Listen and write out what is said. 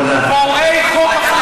פורעי חוק.